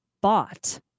bought